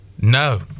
No